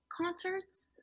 concerts